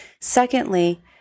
Secondly